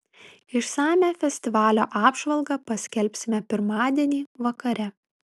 išsamią festivalio apžvalgą paskelbsime pirmadienį vakare